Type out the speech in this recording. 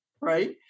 right